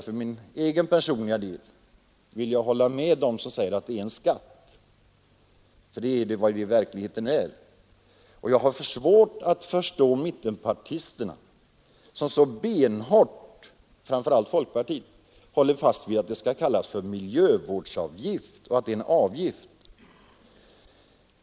För min egen personliga del vill jag hålla med dem som säger att det är en skatt, ty det är ju vad det i verkligheten är. Jag har svårt att förstå mittenpartisterna, framför allt folkpartisterna, som så benhårt håller fast vid att det skall kallas för miljövårdsavgift och att det är en avgift.